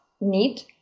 need